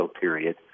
period